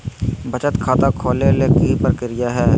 बचत खाता खोले के कि प्रक्रिया है?